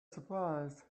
surprised